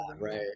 right